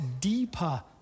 deeper